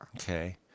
Okay